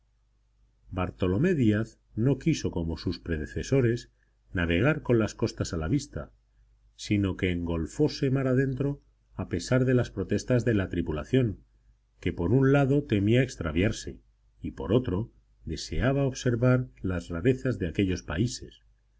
bartolomé díaz no quiso como sus predecesores navegar con las costas a la vista sino que engolfóse mar adentro a pesar de las protestas de la tripulación que por un lado temía extraviarse y por otro deseaba observar las rarezas de aquellos países